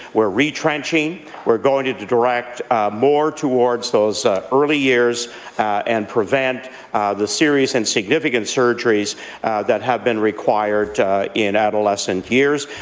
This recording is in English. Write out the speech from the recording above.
we're retrenching we're going to direct more towards those early years and prevent the serious and significant surgeries that have been required in adolescent years.